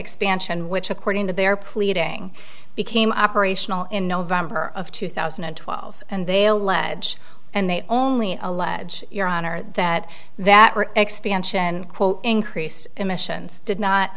expansion which according to their pleading became operational in november of two thousand and twelve and they allege and they only allege your honor that that expansion and quote increase emissions did not